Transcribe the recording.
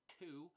two